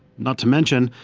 not to mention,